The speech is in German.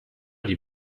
die